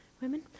Women